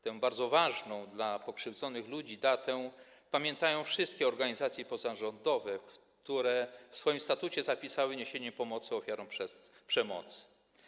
Tę bardzo ważną dla pokrzywdzonych ludzi datę pamiętają wszystkie organizacje pozarządowe, które w swoim statucie zapisały niesienie pomocy ofiarom przemocy.